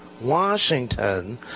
Washington